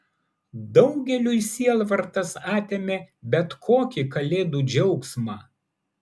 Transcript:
daugeliui sielvartas atėmė bet kokį kalėdų džiaugsmą